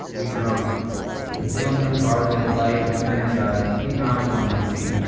we drummed, and feeling unguarded, light, and energized, even i was on my feet.